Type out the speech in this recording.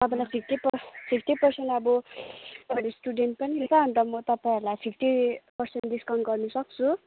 तपाईँलाई फिप्टी पर्से fifty percent अब तपाईँहरू स्टुडेन्ट पनि रहेछ अन्त म तपाईँहरूलाई फिप्टी पर्सेन्ट डिस्काउन्ट गर्नु सक्छु